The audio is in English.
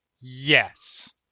Yes